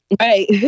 Right